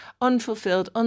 unfulfilled